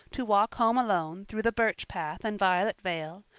to walk home alone through the birch path and violet vale,